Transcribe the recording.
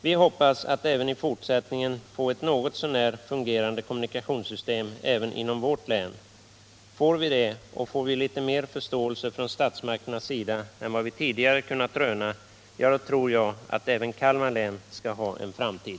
Vi hoppas att även i fortsättningen få ett något så när fungerande kommunikationssystem inom vårt län. Får vi det, och får vi litet mer förståelse från statsmakternas sida än vad vi tidigare kunnat röna, tror jag att även Kalmar län skall ha en framtid.